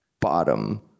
bottom